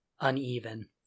uneven